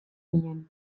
ginen